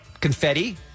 confetti